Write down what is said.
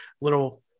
little